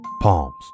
Palms